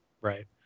right